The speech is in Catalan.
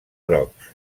grocs